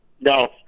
no